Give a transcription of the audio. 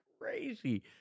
crazy